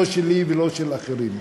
לא שלי ולא של אחרים.